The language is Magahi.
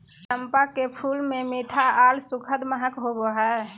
चंपा के फूल मे मीठा आर सुखद महक होवो हय